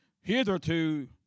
hitherto